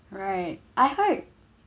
right I heard